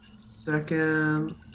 Second